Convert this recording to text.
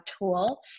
tool